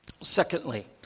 Secondly